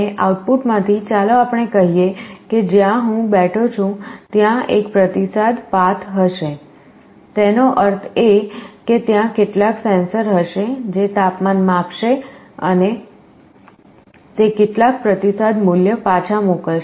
અને આઉટપુટમાંથી ચાલો આપણે કહી શકીએ કે જ્યાં હું બેઠો છું ત્યાં એક પ્રતિસાદ પાથ હશે તેનો અર્થ એ કે ત્યાં કેટલાક સેન્સર હશે જે તાપમાન માપશે અને તે કેટલાક પ્રતિસાદ મૂલ્ય પાછા મોકલશે